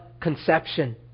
conception